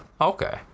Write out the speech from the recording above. okay